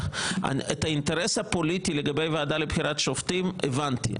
את האינטרס הפוליטי לגבי ועדה לבחירת שופטים הבנתי.